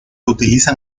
utilizan